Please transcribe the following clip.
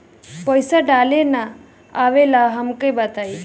पईसा डाले ना आवेला हमका बताई?